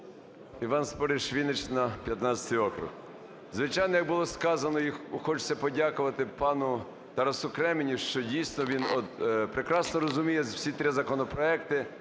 Іван Спориш, Вінниччина, 15 округ. Звичайно, як було сказано, хочеться подякувати пану Тарасу Кременю, що дійсно він от прекрасно розуміє всі три законопроекти